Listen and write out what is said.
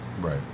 Right